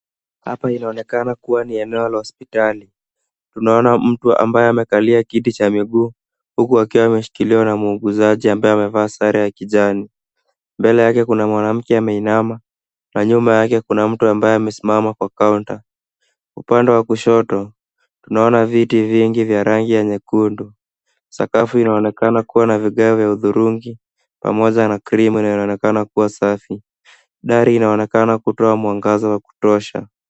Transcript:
Hapa inaonekana kuwa ni eneo la hospitali. Tunaona mtu ambaye amekalia kiti cha miguu, huku akiwa ameshikiliwa na muuguzaji ambaye amevaa sare ya kijani. Mbele yake kuna mwanamke ameinama na nyuma yake kuna mtu ambaye amesimama kwa kaunta. Upande wa kushoto, tunaona viti vingi vya rangi ya nyekundu. Sakafu inaonekana kuwa na vigae vya hudhurungi, pamoja na krimu na inaonekana kuwa safi. Dari inaonekana kutoa mwangaza wa kutosha.